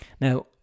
now